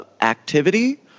activity